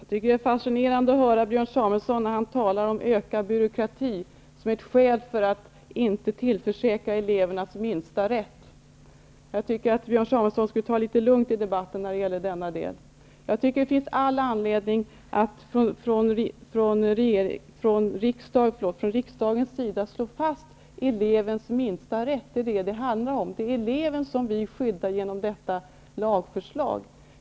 Herr talman! Det är fascinerande att höra Björn Samuelson när han talar om ökad byråkrati som ett skäl för att inte tillförsäkra elevernas minsta rätt. Jag tycker Björn Samuelson skulle ta det litet lugnt i debatten när det gäller denna del. Jag tycker det finns all anledning från riksdagens sida att slå fast elevens minsta rätt. Det är vad det handlar om -- det är eleven vi skyddar genom detta lagförslag.